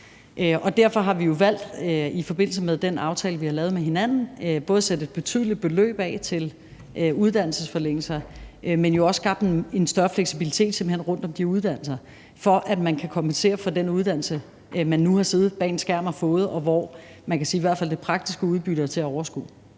Derfor har vi jo valgt i forbindelse med den aftale, vi har lavet med hinanden, både at sætte et betydeligt beløb af til uddannelsesforlængelser, men jo også at skabe en større fleksibilitet rundt om de uddannelser, for at man kan kompensere for den uddannelse, man nu har siddet og fået bag en skærm, og hvor i hvert fald det praktiske udbytte er til at overskue.